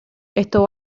esto